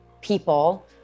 people